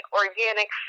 organic